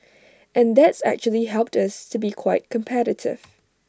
and that's actually helped us to be quite competitive